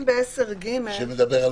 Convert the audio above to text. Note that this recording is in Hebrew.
ב-10(ג) שמדבר על